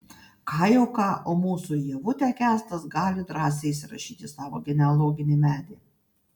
ką jau ką o mūsų ievutę kęstas gali drąsiai įsirašyti į savo genealoginį medį